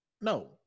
no